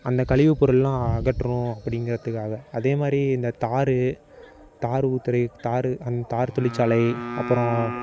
அந்த கழிவு பொருள்லாம் அகற்றும் அப்படிங்கறதுக்காக அதே மாதிரி இந்த தார் தார் ஊத்தறக் தார் அந்த தார் தொழிற்சாலை அப்புறோம்